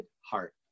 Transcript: heart